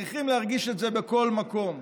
צריכים להרגיש את זה בכל מקום.